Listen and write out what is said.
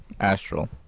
Astral